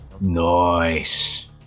Nice